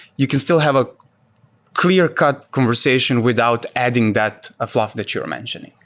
you can still have a clear-cut conversation without adding that a fluff that you're mentioning,